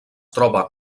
troba